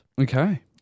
Okay